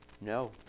No